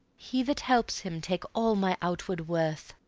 he that helps him take all my outward worth.